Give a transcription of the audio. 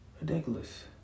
Ridiculous